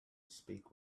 speak